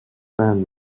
fan